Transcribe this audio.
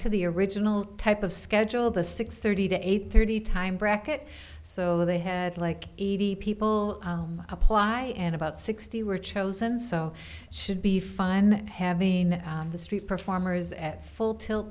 to the original type of schedule of a six thirty to eight thirty time bracket so they had like eighty people apply and about sixty were chosen so should be fine and having the street performers at full tilt